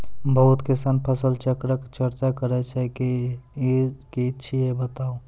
बहुत किसान फसल चक्रक चर्चा करै छै ई की छियै बताऊ?